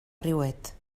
riuet